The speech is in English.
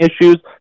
issues